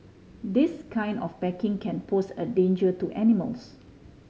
this kind of packaging can pose a danger to animals